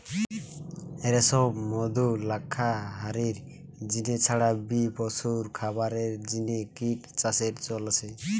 রেশম, মধু, লাক্ষা হারির জিনে ছাড়া বি পশুর খাবারের জিনে কিট চাষের চল আছে